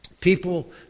People